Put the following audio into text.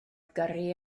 gyrru